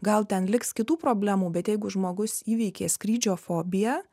gal ten liks kitų problemų bet jeigu žmogus įveikė skrydžio fobiją